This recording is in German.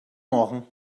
machen